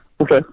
Okay